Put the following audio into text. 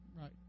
Right